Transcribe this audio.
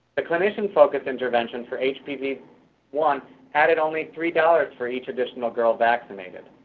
the clinician focused intervention for h p v one added only three dollars for each additional girl vaccinated.